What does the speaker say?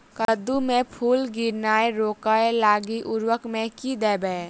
कद्दू मे फूल गिरनाय रोकय लागि उर्वरक मे की देबै?